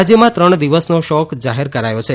રાજ્યમાં ત્રણ દિવસનો શોક જાહેર કરાયો છે